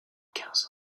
quinze